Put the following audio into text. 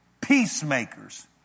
peacemakers